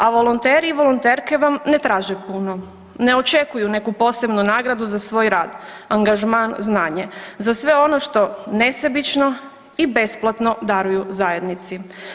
A volonteri i volonterke vam ne traže puno, ne očekuju neku posebno nagradu za svoj rad, angažman, znanje, za sve ono što nesebično i besplatno daruju zajednici.